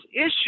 issue